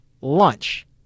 lunch